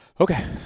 Okay